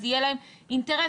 אז יהיה להם אינטרס,